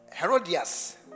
Herodias